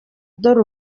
dore